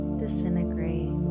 disintegrate